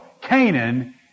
Canaan